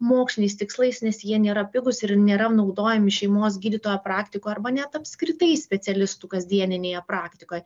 moksliniais tikslais nes jie nėra pigūs ir nėra naudojami šeimos gydytojo praktikoje arba net apskritai specialistų kasdieninėje praktikoje